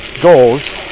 goals